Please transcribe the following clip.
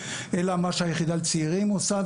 אלא מה שהיחידה לצעירים עושה,